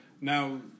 now